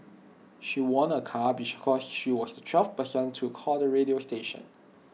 she won A car because she was the twelfth person to call the radio station